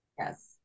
Yes